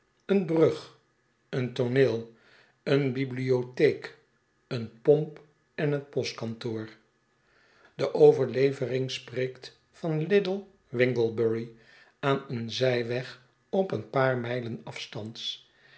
eene brug een tooneel eene bibliotheek eene pomp en een postkantoor de overlevering spreekt van een little winglebury aan een zijweg op een paar mijlen afstands